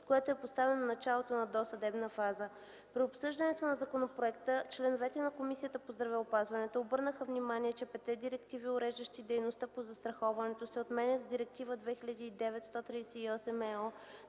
което е поставено началото на досъдебна фаза. При обсъждането на законопроекта членовете на Комисията по здравеопазването обърнаха внимание, че петте директиви, уреждащи дейността по застраховането, се отменят с Директива 2009/138/ЕО